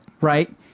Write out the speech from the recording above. Right